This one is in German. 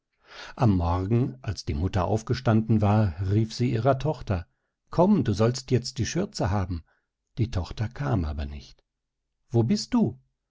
am morgen als die mutter aufgestanden war rief sie ihrer tochter komm du sollst jetzt die schürze haben die tochter kam aber nicht wo bist du